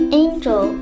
angel